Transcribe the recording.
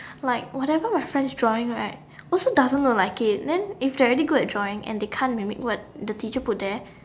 like whatever my friends drawing right also doesn't look like it then if they really good at drawing and they can't mimic what the teacher put there